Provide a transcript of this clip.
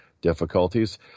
difficulties